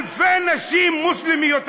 אלפי נשים מוסלמיות עורכות-דין,